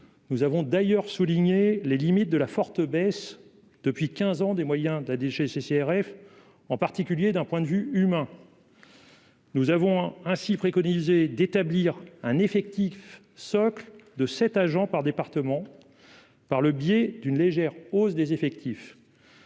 nous avons d'ailleurs souligné les limites de la forte baisse depuis 15 ans, des moyens de la DGCCRF, en particulier d'un point de vue humain. Nous avons ainsi préconisé d'établir un effectif socle de cet agent par département, par le biais d'une légère hausse des effectifs.